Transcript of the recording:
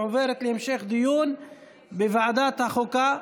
ועוברת להמשך דיון בוועדת החוקה.